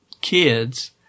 kids